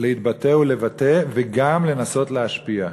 להתבטא ולבטא וגם לנסות להשפיע.